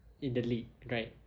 in the league right